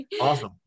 Awesome